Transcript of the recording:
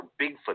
Bigfoot